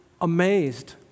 amazed